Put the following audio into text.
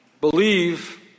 believe